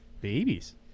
Babies